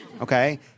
okay